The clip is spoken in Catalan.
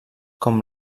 com